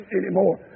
anymore